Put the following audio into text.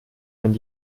wenn